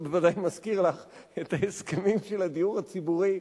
זה בוודאי מזכיר לך את ההסכמים של הדיור הציבורי,